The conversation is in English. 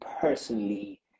personally